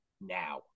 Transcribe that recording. now